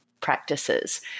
practices